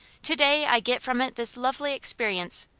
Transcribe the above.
to-day i get from it this lovely experience.